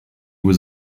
was